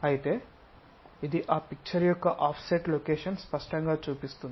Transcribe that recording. అయితే ఇది ఆ పిక్చర్ యొక్క ఆఫ్సెట్ లొకేషన్ స్పష్టంగా చూపిస్తుంది